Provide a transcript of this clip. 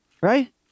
right